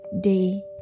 day